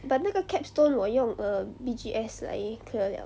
but 那个 capstone 我用 err B_G_S 来 clear 了